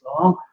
long